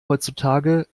heutzutage